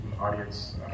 audience